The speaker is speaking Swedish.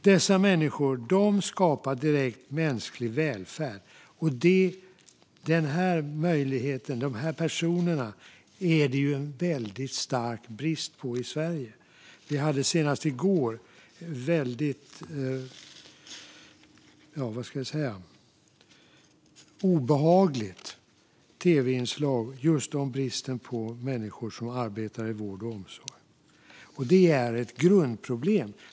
Dessa människor skapar direkt mänsklig välfärd, och sådana personer råder det väldigt stark brist på i Sverige. Vi kunde senast i går se ett väldigt obehagligt tv-inslag om just bristen på människor som arbetar i vård och omsorg. Det är ett grundproblem.